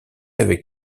avec